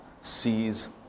sees